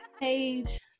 page